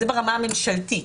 זה ברמה הממשלתית.